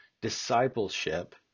discipleship